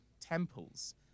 temples